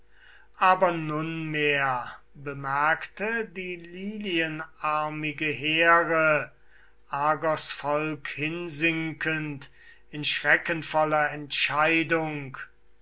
aber nunmehr bemerkte die lilienarmige here argos volk hinsinkend in schreckenvoller entscheidung